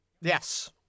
Yes